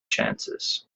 chances